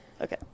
Okay